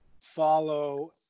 follow